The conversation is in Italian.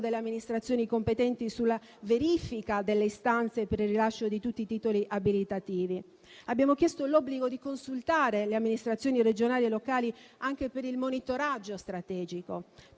delle amministrazioni competenti sulla verifica delle istanze per il rilascio di tutti i titoli abilitativi. Abbiamo, inoltre, chiesto l'obbligo di consultare le amministrazioni regionali e locali anche per il monitoraggio strategico.